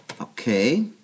Okay